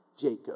Jacob